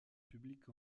publiques